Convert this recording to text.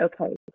okay